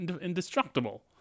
indestructible